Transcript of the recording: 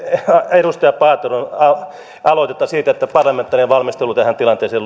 edustaja paateron aloitetta siitä että parlamentaarinen valmistelu tähän tilanteeseen